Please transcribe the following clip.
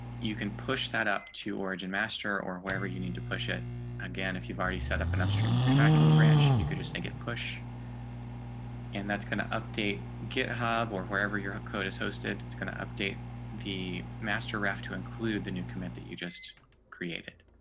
you can push that up to origin master or wherever you need to push it again if you've already set up an upstream tracking branch, you could just say get push and that's going to kind of update github, or wherever your code is hosted it's going to update the master raft to include the new command that you just created.